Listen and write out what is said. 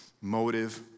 Motive